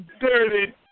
dirty